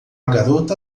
garota